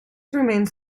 remains